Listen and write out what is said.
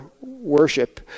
worship